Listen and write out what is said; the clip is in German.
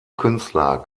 künstler